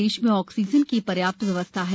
प्रदेश में ऑक्सीजन की र्याप्त व्यवस्था है